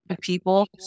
people